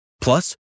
Plus